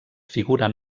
figuren